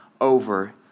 over